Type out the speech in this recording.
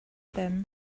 pem